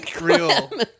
real